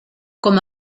com